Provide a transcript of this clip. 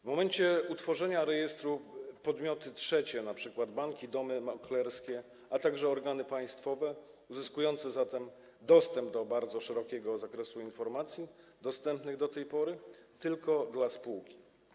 W momencie utworzenia rejestru podmioty trzecie, np. banki, domy maklerskie, a także organy państwowe uzyskują zatem dostęp do bardzo szerokiego zakresu informacji, dostępnych do tej pory tylko dla spółki.